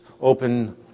open